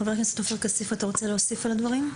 חבר הכנסת עופר כסיף, אתה רוצה להוסיף על הדברים?